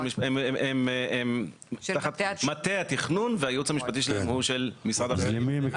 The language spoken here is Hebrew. הן תחת מטה התכנון והייעוץ המשפטי הוא של משרד הפנים.